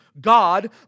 God